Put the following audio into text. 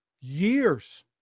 years